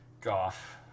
Goff